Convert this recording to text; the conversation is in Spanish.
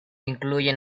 incluye